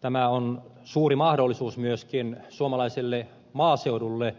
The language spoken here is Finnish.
tämä on suuri mahdollisuus myöskin suomalaiselle maaseudulle